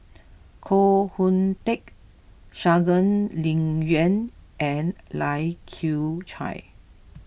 Koh Hoon Teck Shangguan Liuyun and Lai Kew Chai